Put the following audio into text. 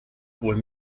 were